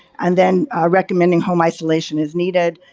and then recommending home isolation is needed.